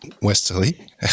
Westerly